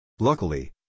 Luckily